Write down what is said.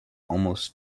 almost